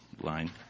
line